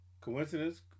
coincidence